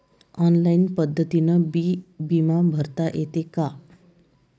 Online पद्धतीनं बी बिमा भरता येते का?